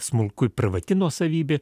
smulku privati nuosavybė